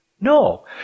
No